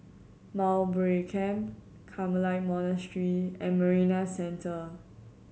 Mowbray Camp Carmelite Monastery and Marina Centre